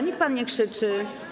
Niech pan nie krzyczy.